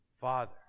Father